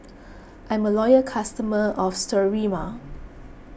I'm a loyal customer of Sterimar